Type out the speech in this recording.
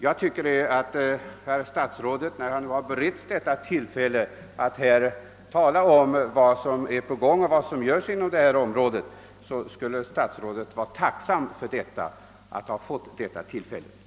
När herr statsrådet nu har beretts tillfälle att här tala om vad som görs inom detta område, borde han vara tacksam för att ha fått denna möjlighet.